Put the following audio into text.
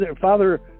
father